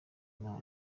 imana